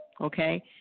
Okay